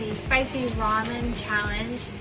spicy ramen challenge